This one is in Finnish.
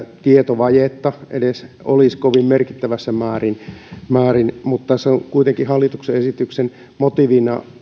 tietovajetta edes olisi kovin merkittävässä määrin mutta hallituksen esityksen motiivina